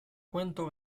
cuento